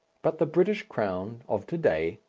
but the british crown of to-day,